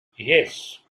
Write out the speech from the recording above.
yes